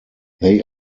they